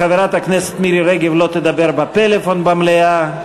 חברת הכנסת מירי רגב לא תדבר בפלאפון במליאה.